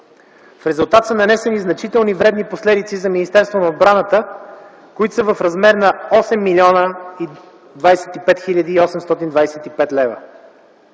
В резултат са нанесени значителни вредни последици за Министерството на отбраната, които са в размер на 8 025 825 лв.